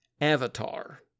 Avatar